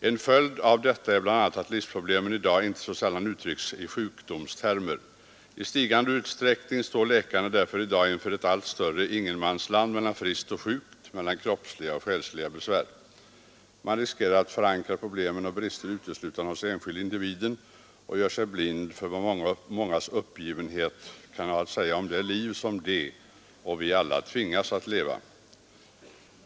En följd av detta är bl.a. att livsproblemen i dag inte så sällan uttrycks i sjukdomstermer. I stigande utsträckning står läkarna därför i dag inför ett allt större ingemansland mellan friskt och sjukt, mellan kroppsliga och själsliga besvär. Man riskerar att förankra problem och brister uteslutande hos den enskilda individen och gör sig blind för vad mångas uppgivenhet kan ha att säga om det liv som de — och vi alla — tvingas leva.